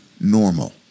normal